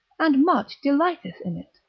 and much delighteth in it